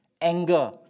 anger